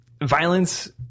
violence